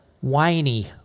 Whiny